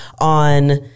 on